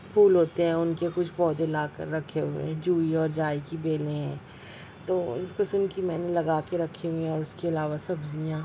پھول ہوتے ہیں ان کے کچھ پودے لا کر رکھے ہوئے ہیں جوہی اور جائی کی بیلیں ہیں تو اس قسم کی میں نے لگا کے رکھی ہوئی ہیں اس کے علاوہ سبزیاں